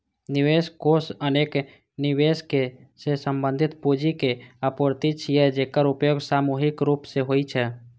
निवेश कोष अनेक निवेशक सं संबंधित पूंजीक आपूर्ति छियै, जेकर उपयोग सामूहिक रूप सं होइ छै